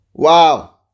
Wow